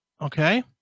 Okay